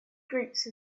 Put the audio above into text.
groups